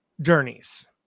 journeys